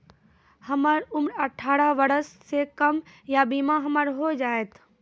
हमर उम्र अठारह वर्ष से कम या बीमा हमर हो जायत?